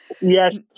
Yes